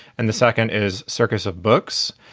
and the second is circus of books.